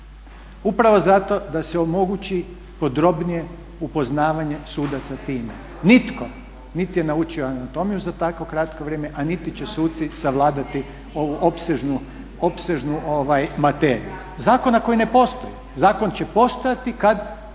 upravo zato da se omogući podrobnije upoznavanje sudaca time. Nitko niti je naučio anatomiju za takvo kratko vrijeme a niti će suci savladati ovu opsežnu materiju zakona koji ne postoji. Zakon će postojati kada